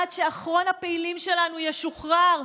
עד שאחרון הפעילים שלנו ישוחרר.